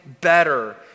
better